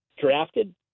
drafted